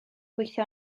gweithio